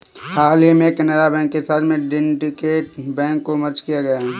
हाल ही में केनरा बैंक के साथ में सिन्डीकेट बैंक को मर्ज किया गया है